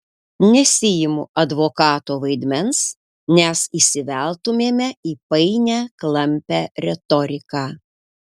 nesiimu advokato vaidmens nes įsiveltumėme į painią klampią retoriką